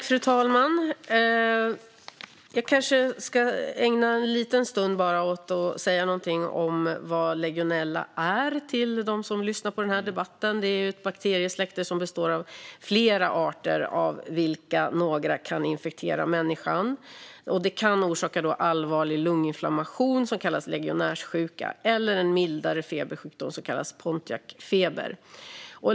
Fru talman! Jag kanske ska ägna en liten stund åt att säga någonting om vad legionella är så att de som lyssnar på den här debatten vet vad det handlar om. Det är ett bakteriesläkte som består av flera arter, av vilka några kan infektera människan. Det kan orsaka allvarlig lunginflammation som kallas legionärssjuka eller en mildare febersjukdom som kallas pontiacfeber.